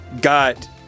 got